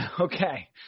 Okay